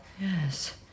Yes